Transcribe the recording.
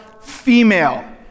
female